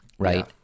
right